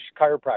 chiropractor